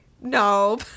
no